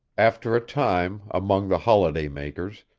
after a time, among the holiday-makers,